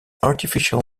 artificial